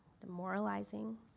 demoralizing